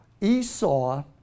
Esau